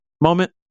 moment